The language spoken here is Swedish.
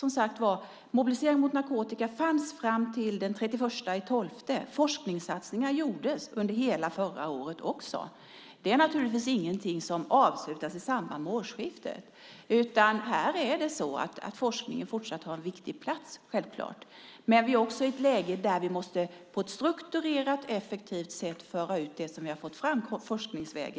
Mobilisering mot narkotika fanns, som sagt var, fram till den 31 december. Forskningssatsningar gjordes under hela förra året också. Det är ingenting som avslutades i samband med årsskiftet. Forskningen har självfallet en fortsatt viktig plats, men vi befinner oss också i ett läge där vi på ett strukturerat och effektivt sätt måste föra ut det som vi har fått fram forskningsvägen.